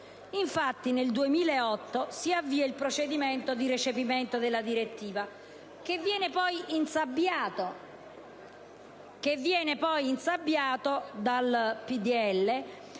Infatti, nel 2008, si avviò il procedimento di recepimento della direttiva, poi insabbiato dal PdL,